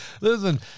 Listen